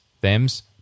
Them's